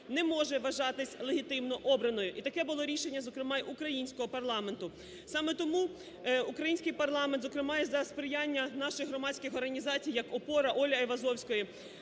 не може вважатись легітимно обраною. І таке було рішення, зокрема, і українського парламенту. Саме тому український парламент, зокрема, і за сприяння наших громадських організацій як "ОПОРА", Олі Айвазовської